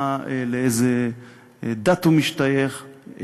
לאיזה דת הוא משתייך,